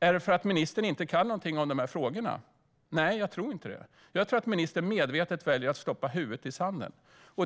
Beror det på att ministern inte kan någonting om de här frågorna? Nej, det tror jag inte. Jag tror att ministern medvetet väljer att stoppa huvudet i sanden.